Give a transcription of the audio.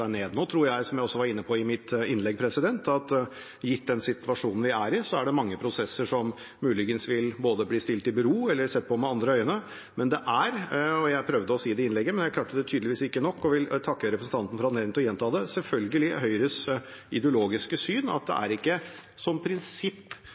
tror jeg, som jeg også var inne på i mitt innlegg, at gitt den situasjonen vi er i, er det mange prosesser som muligens vil bli stilt i bero eller sett på med andre øyne. Men det er – og jeg prøvde å si det i innlegget, men klarte det tydeligvis ikke nok, og jeg vil takke representanten for anledningen til å gjenta det – selvfølgelig Høyres ideologiske syn at det